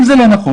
אם זה לא נכון,